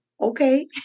okay